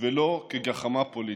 ולא כגחמה פוליטית.